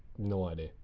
no idea.